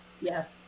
Yes